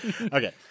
Okay